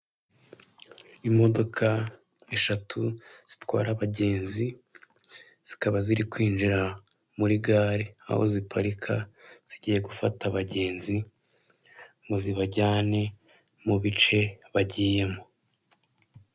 Imodoka eshatu zitwara abagenzi zikaba ziri kwinjira muri gare, aho ziparika zigiye gufata abagenzi ngo zibajyane mu bice bagiyemo.